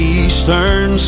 eastern